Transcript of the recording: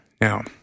Now